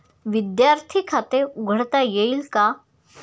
विद्यार्थी खाते उघडता येईल का?